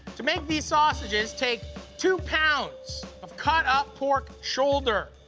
to make these sausages, take two pounds of cut up pork shoulder.